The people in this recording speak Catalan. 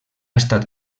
estat